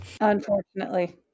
unfortunately